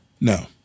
No